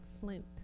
flint